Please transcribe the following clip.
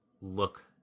look